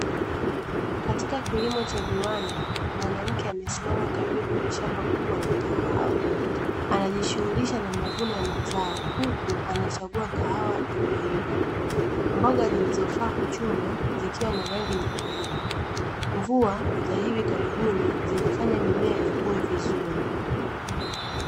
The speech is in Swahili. Katika kilimo cha viwanda, mwanamke amesimama karibu na shamba kubwa la kahawa. Anajishughulisha na mavuno ya mazao huku anachagua kahawa iliyoiva. Mboga zilizofaa kuchuma zikiwa na rangi nyekundu. Mvua za hivi karibuni zinafanya mimea ikue vizuri.